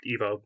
Evo